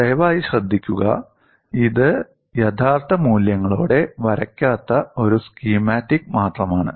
ദയവായി ശ്രദ്ധിക്കുക ഇത് യഥാർത്ഥ മൂല്യങ്ങളോടെ വരയ്ക്കാത്ത ഒരു സ്കീമാറ്റിക് മാത്രമാണ്